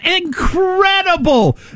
incredible